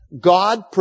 God